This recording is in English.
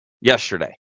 yesterday